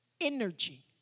Energy